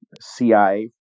CIA